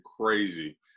crazy